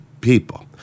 people